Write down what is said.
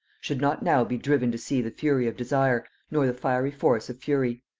should not now be driven to see the fury of desire, nor the fiery force of fury.